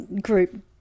group